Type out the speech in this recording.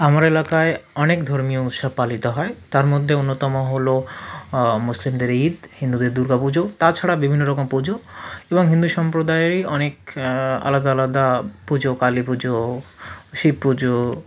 আমার এলাকায় অনেক ধর্মীয় উৎসব পালিত হয় তার মধ্যে অন্যতম হল মুসলিমদের ঈদ হিন্দুদের দুর্গা পুজো তাছাড়া বিভিন্ন রকম পুজো এবং হিন্দু সম্প্রদায়েরই অনেক আলাদা আলাদা পুজো কালী পুজো শিব পুজো